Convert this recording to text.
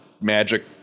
magic